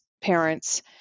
parents